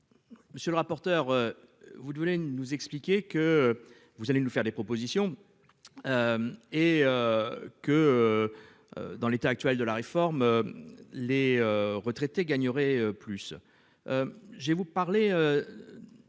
Monsieur le rapporteur. Vous voulez nous expliquer que vous allez nous faire des propositions. Et. Que. Dans l'état actuel de la réforme. Les retraités gagnerait plus. J'ai vous parlez.